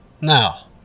Now